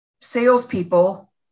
salespeople